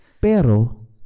Pero